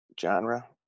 genre